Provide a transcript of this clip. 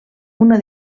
una